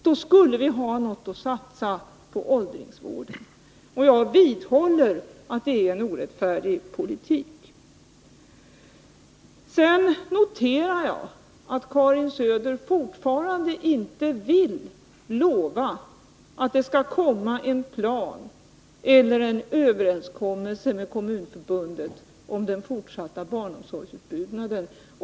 Då skulle vi ha något att satsa på åldringsvården. Jag vidhåller att det är en orättfärdig politik. Sedan noterar jag att Karin Söder fortfarande inte vill lova att det skall komma en plan eller en överenskommelse med Kommunförbundet om den fortsatta barnomsorgsutbyggnaden.